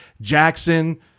Jackson